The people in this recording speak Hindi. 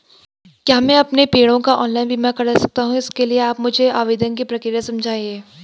क्या मैं अपने पेड़ों का ऑनलाइन बीमा करा सकता हूँ इसके लिए आप मुझे आवेदन की प्रक्रिया समझाइए?